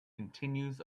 continues